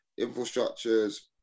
infrastructures